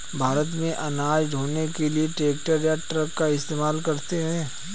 भारत में अनाज ढ़ोने के लिए ट्रैक्टर या ट्रक का इस्तेमाल करते हैं